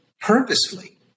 purposefully